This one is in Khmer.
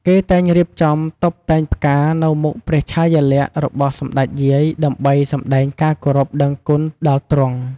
គេតែងរៀបចំតុបតែងផ្ការ នៅមុខព្រះឆាយាល័ក្ខណ៏របស់សម្តេចយាយដើម្បីសម្តែងការគោរពដឹងគុណដល់ទ្រង់។